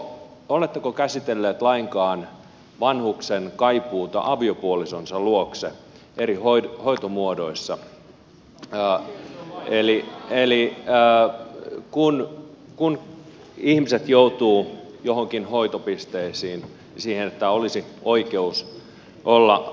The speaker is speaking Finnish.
oletteko käsitelleet lainkaan vanhuksen kaipuuta aviopuolisonsa luokse eri hoitomuodoissa eli kun ihmiset joutuvat joihinkin hoitopisteisiin heillä olisi oikeus olla aviopuolisonsa lähellä